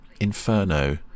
Inferno